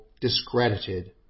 discredited